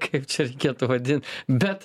kaip čia reikėtų vadin bet